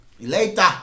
Later